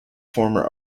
former